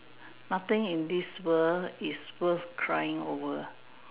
nothing in this world is worth trying over